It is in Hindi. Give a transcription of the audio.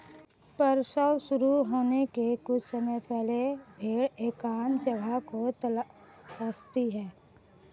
प्रसव शुरू होने के कुछ समय पहले भेड़ एकांत जगह को तलाशती है